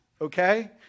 okay